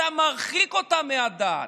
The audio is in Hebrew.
אתה מרחיק אותם מהדת.